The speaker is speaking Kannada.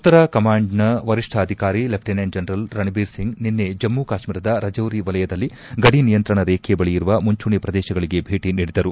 ಉತ್ತರ ಕಮಾಂಡ್ನ ವರಿಷ್ಠ ಅಧಿಕಾರಿ ಲೆಫ್ಟಿನೆಂಟ್ ಜನರಲ್ ರಣಬೀರ್ ಸಿಂಗ್ ನಿನ್ನೆ ಜಮ್ಮ ಕಾಶ್ಣೀರದ ರಜೌರಿ ವಲಯದಲ್ಲಿ ಗಡಿ ನಿಯಂತ್ರಣ ರೇಖೆಯ ಬಳಿ ಇರುವ ಮುಂಚೂಣಿ ಪ್ರದೇಶಗಳಿಗೆ ಭೇಟಿ ನೀಡಿದರು